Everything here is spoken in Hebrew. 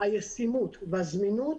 ישימות וזמינות.